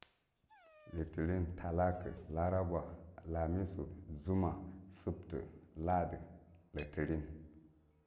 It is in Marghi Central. Litilin, thalaku, larabo, lamisu, zummah, subdue, laduh, litilin.